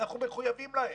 אנחנו מחויבים להם.